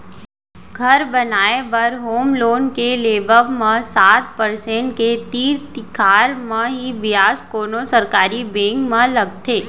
घर बनाए बर होम लोन के लेवब म सात परसेंट के तीर तिखार म ही बियाज कोनो सरकारी बेंक म लगथे